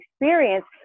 experience